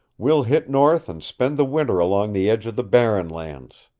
we'll hit north and spend the winter along the edge of the barren lands.